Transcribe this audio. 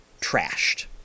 trashed